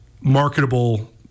marketable